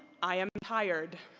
i am tired.